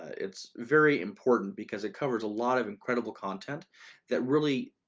it's very important because it covers a lot of incredible content that really,